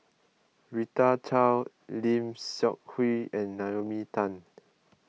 Rita Chao Lim Seok Hui and Naomi Tan